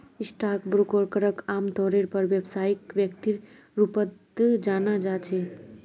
stock ब्रोकरक आमतौरेर पर व्यवसायिक व्यक्तिर रूपत जाना जा छे